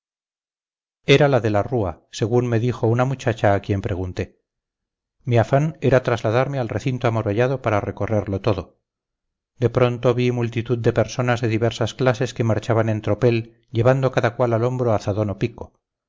era la de la rúa según me dijo una muchacha a quien pregunté mi afán era trasladarme al recinto amurallado para recorrerlo todo de pronto vi multitud de personas de diversas clases que marchaban en tropel llevando cada cual al hombro azadón o pico